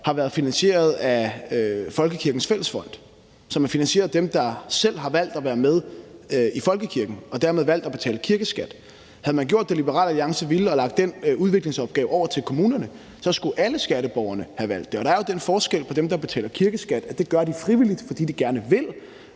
har været finansieret af folkekirkens fællesfond, som er finansieret af dem, der selv har valgt at være med i folkekirken og dermed valgt at betale kirkeskat. Havde man gjort det, Liberal Alliance vil, og lagt den udviklingsopgave over til kommunerne, skulle alle skatteborgerne have været med til at betale det. Der er jo den forskel, at dem, der betaler kirkeskat, gør det frivilligt, fordi de gerne vil,